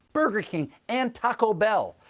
burger king, and taco bell,